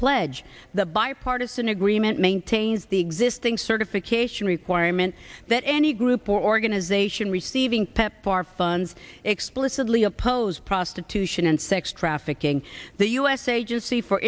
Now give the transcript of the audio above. pledge the bipartisan agreement maintains the existing certification requirement that any group or organization receiving pepfar funds explicitly oppose prostitution and sex trafficking the u s agency for